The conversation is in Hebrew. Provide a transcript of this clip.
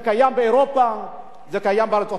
זה קיים בארצות-הברית,